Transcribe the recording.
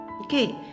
Okay